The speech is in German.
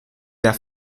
der